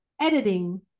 editing